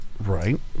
Right